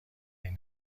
این